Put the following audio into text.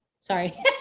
Sorry